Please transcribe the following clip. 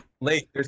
late